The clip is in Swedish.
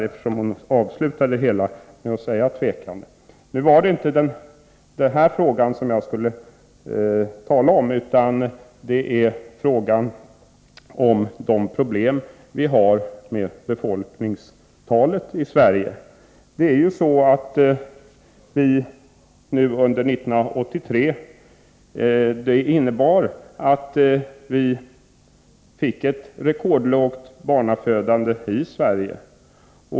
I varje fall avslutade hon sitt anförande med att säga sig vara tveksam. Nu avsåg jag emellertid att tala om befolkningstalet här i landet. Under 1983 var det ett rekordlågt barnafödande i Sverige.